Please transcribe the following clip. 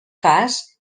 cas